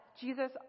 Jesus